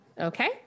Okay